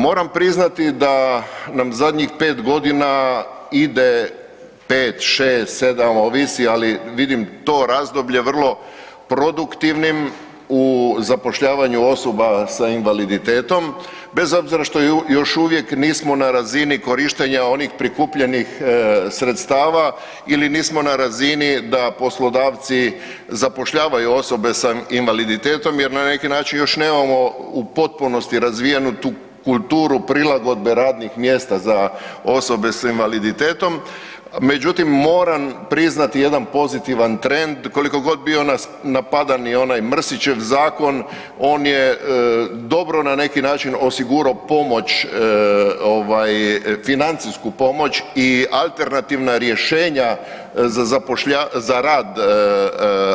Moram priznati da nam zadnjih 5 godina ide, 5, 6, 7, ovisi, ali vidim to razdoblje vrlo produktivnim u zapošljavanju osoba s invaliditetom, bez obzira što još uvijek nismo na razini korištenja onih prikupljenih sredstava ili nismo na razini da poslodavci zapošljavaju osobe sa invaliditetom jer na neki način još nemamo u potpunosti razvijenu tu kulturu prilagodbe radnih mjesta za osobe s invaliditetom, međutim, moram priznati jedan pozitivan trend, koliko god bio napadan i onaj Mrsićev zakon, on je dobro na neki način, osigurao pomoć, financijsku pomoć i alternativna rješenja za rad,